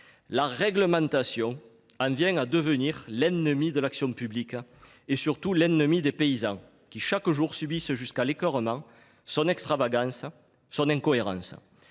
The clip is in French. La réglementation en vient à devenir l’ennemie de l’action publique et surtout des paysans qui, chaque jour, subissent jusqu’à l’écœurement son extravagance et son incohérence.